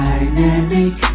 Dynamic